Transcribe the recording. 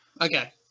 Okay